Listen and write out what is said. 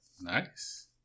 nice